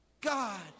God